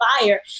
fire